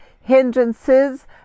hindrances